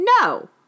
no